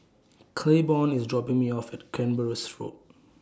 Claiborne IS dropping Me off At Canberra Road